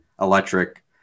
electric